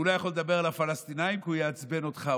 הוא לא יכול לדבר על הפלסטינים כי הוא יעצבן אותך.